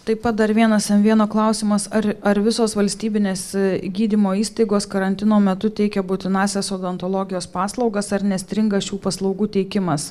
taip pat dar vienas m vieno klausimas ar ar visos valstybinės gydymo įstaigos karantino metu teikia būtinąsias odontologijos paslaugas ar nestringa šių paslaugų teikimas